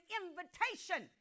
invitation